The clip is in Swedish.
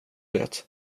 det